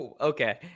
Okay